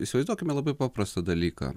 įsivaizduokime labai paprastą dalyką